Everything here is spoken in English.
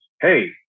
hey